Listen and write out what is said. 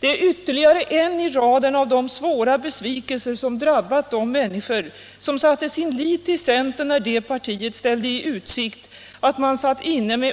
Det är ytterligare en i raden av de svåra besvikelser som drabbat de människor som satte sin lit till centern när det partiet ställde i utsikt